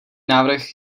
návrh